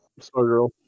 Stargirl